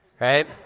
Right